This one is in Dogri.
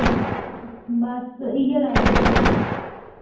बस इयै लैना